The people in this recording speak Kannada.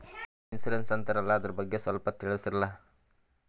ಏನೋ ಇನ್ಸೂರೆನ್ಸ್ ಅಂತಾರಲ್ಲ, ಅದರ ಬಗ್ಗೆ ಸ್ವಲ್ಪ ತಿಳಿಸರಲಾ?